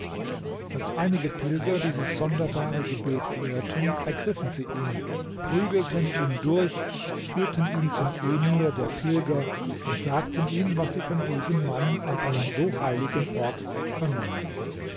als einige pilger dieses sonderbare gebet hörten ergriffen sie ihn prügelten ihn durch führten ihn zum emir der pilger und sagten ihm was sie von diesem mann an einem so heiligen ort vernommen